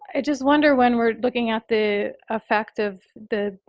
i just wonder when we're looking at the effect of the,